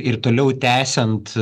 ir toliau tęsiant